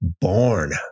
born